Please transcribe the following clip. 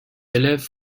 élèves